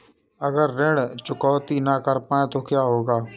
अगर ऋण चुकौती न कर पाए तो क्या होगा?